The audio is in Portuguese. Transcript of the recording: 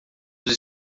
dos